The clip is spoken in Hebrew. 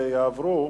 סעיפים 5 7 נתקבלו.